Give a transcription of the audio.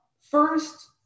first